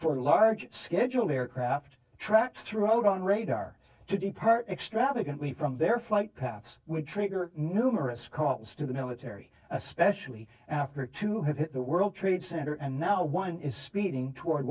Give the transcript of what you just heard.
for large scheduled aircraft tracked throughout on radar to depart extravagantly from their flight paths would trigger numerous calls to the military especially after to have hit the world trade center and now one is speeding toward